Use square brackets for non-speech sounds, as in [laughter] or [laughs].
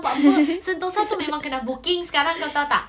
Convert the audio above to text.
[laughs]